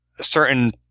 certain